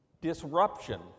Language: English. disruption